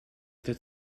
этой